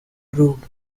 grooved